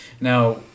Now